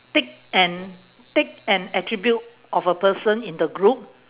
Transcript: take an take an attribute of a person in the group